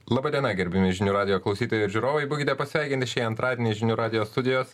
laba diena gerbiami žinių radijo klausytojai ir žiūrovai būkite pasveikinti šį antradienį žinių radijo studijos